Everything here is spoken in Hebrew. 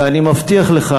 ואני מבטיח לך,